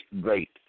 great